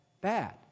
Bad